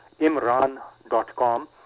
imran.com